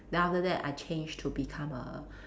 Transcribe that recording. then after that I changed to become a